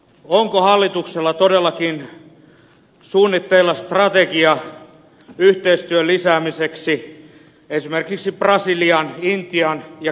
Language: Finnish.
onko hallituksella todellakin suunnitteilla strategia yhteistyön lisäämiseksi esimerkiksi brasilian intian ja kiinan kanssa